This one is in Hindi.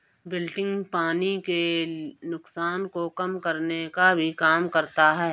विल्टिंग पानी के नुकसान को कम करने का भी काम करता है